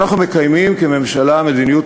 אנחנו מקיימים כממשלה מדיניות,